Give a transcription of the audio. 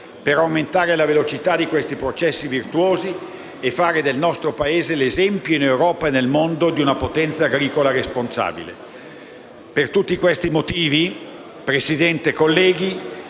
per aumentare la velocità dei processi virtuosi e fare del nostro Paese l'esempio, in Europa e nel mondo, di una potenza agricola responsabile. Per tutti questi motivi, signor Presidente, colleghi,